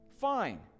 fine